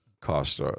Cost